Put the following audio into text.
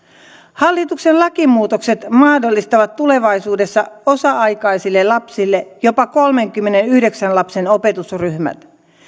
hallituksen lakimuutokset mahdollistavat tulevaisuudessa osa aikaisille lapsille jopa kolmenkymmenenyhdeksän lapsen opetusryhmät